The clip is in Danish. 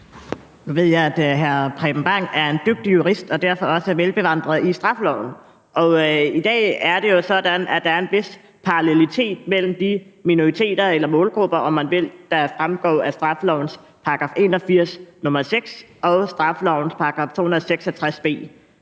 Nu ved jeg, at hr. Preben Bang Henriksen er en dygtig jurist og derfor også er velbevandret i straffeloven. I dag er det jo sådan, at der er en vis parallelitet mellem de minoriteter eller målgrupper, om man vil, der fremgår af straffelovens § 81, nr. 6, og straffelovens § 266 b,